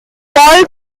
paul